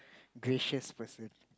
gracious person